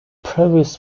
previous